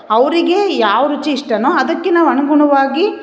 ಅವರಿಗೆ ಯಾವ ರುಚಿ ಇಷ್ಟನೊ ಅದಕ್ಕೆ ನಾವು ಅನುಗುಣವಾಗಿ